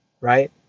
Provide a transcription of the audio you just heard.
Right